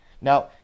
Now